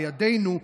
לידינו,